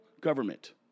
Government